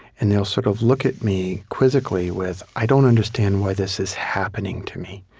and they'll sort of look at me quizzically with, i don't understand why this is happening to me.